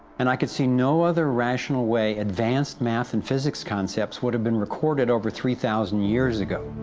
and i could see no other rational way advanced math and physics concepts would have been recorded over three thousand years ago.